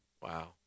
Wow